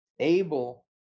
able